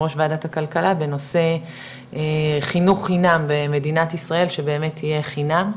ראש וועדת הכלכלה בנושא חינוך חינם במדינת ישראל שבאמת יהיה חינם,